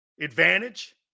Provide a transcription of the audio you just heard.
Advantage